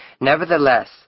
Nevertheless